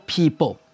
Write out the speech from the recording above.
people